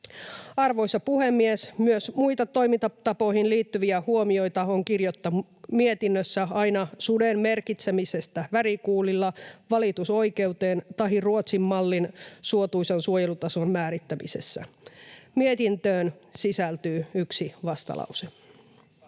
Arvoisa puhemies! Myös muita toimintatapoihin liittyviä huomioita on kirjattu mietinnössä aina suden merkitsemisestä värikuulilla valitusoikeuteen tahi Ruotsin malliin suotuisan suojelutason määrittämisessä. Mietintöön sisältyy yksi vastalause.